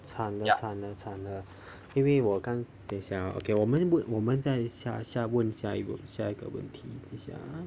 惨了惨了惨了因为我刚等一下啊 okay 我们问我们在下下问下下一个问题等一下啊